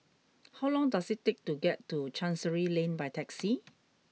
how long does it take to get to Chancery Lane by taxi